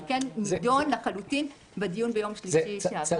זה כן נידון לחלוטין בדיון ביום שלישי שעבר.